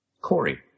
Corey